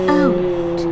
out